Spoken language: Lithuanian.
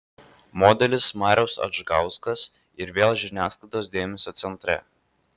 modelis marius adžgauskas ir vėl žiniasklaidos dėmesio centre